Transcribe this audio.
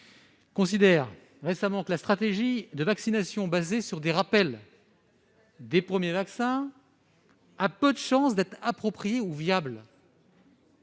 considéré qu'une stratégie de vaccination basée sur les rappels des premiers vaccins avait peu de chances d'être appropriée ou viable.